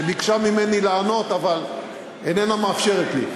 שביקשה ממני לענות אבל איננה מאפשרת לי.